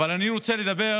אבל אני רוצה לדבר